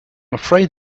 afraid